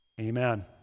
Amen